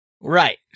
right